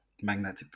magnetic